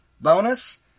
bonus